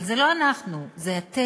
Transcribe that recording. אבל זה לא אנחנו, זה אתם,